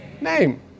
name